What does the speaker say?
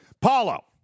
Paulo